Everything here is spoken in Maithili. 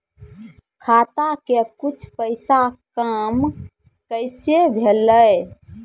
खाता के कुछ पैसा काम कैसा भेलौ?